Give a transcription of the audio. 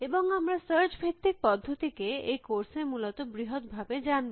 এবং আমরা সার্চ ভিত্তিক পদ্ধতি কে এই কোর্স এ মূলত বৃহৎ ভাবে জানব